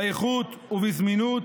באיכות ובזמינות